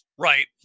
Right